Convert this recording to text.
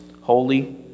holy